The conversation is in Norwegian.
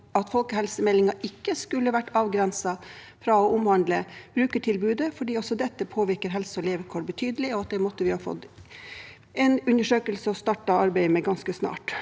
at folkehelsemeldingen ikke skulle vært avgrenset fra å omhandle brukertilbudet, fordi også dette påvirker helse og levekår betydelig, og at vi burde ha fått en undersøkelse og startet arbeidet med det ganske snart.